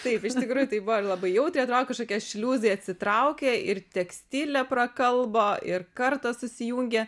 taip iš tikrųjų tai buvo ir labai jautriai atro kažkokie šliuzai atsitraukė ir tekstilė prakalbo ir kartos susijungė